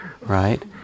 right